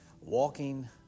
walking